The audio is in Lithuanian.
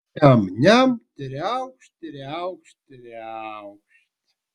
niam niam triaukšt triaukšt triaukšt